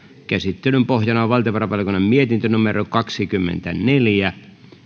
käsittelyn pohjana on valtiovarainvaliokunnan mietintö kaksikymmentäneljä